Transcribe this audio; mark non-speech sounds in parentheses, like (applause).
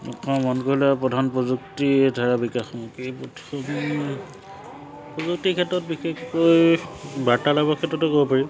মন কৰিলে প্ৰধান প্ৰযুক্তি ধাৰা বিকাশ (unintelligible) প্ৰথম প্ৰযুক্তিৰ ক্ষেত্ৰত বিশেষকৈ বাৰ্তালাপৰ ক্ষেত্ৰতে ক'ব পাৰিম